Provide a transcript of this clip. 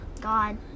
God